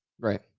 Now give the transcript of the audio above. Right